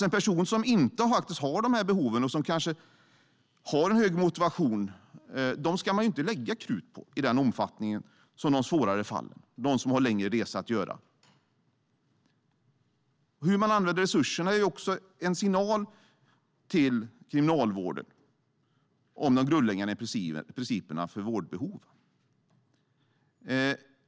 En person som inte har de här behoven och som kanske har en hög motivation ska man inte lägga krut på i samma omfattning som vid de svårare fallen med dem som har en längre resa att göra. Hur man använder resurserna är också en signal till Kriminalvården om de grundläggande principerna för vårdbehov.